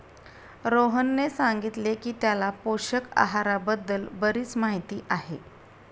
रोहनने सांगितले की त्याला पोषक आहाराबद्दल बरीच माहिती आहे